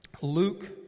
Luke